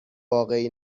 واقعی